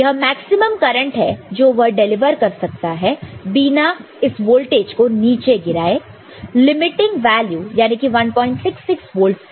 यह maximum current है जो वह डिलीवर कर सकता है बिना इस वोल्टेज को नीचे गिर आए लिमिटिंग वैल्यू याने की 166 वोल्ट से